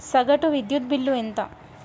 సగటు విద్యుత్ బిల్లు ఎంత?